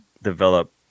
develop